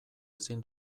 ezin